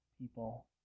people